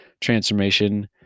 transformation